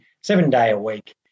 seven-day-a-week